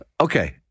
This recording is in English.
Okay